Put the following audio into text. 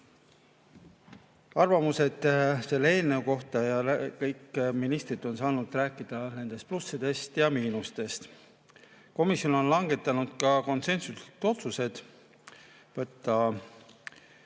arvamused selle eelnõu kohta ja kõik ministrid on saanud rääkida nendest plussidest ja miinustest. Komisjon on langetanud ka konsensuslikud otsused: võtta